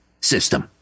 system